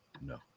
No